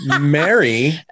Mary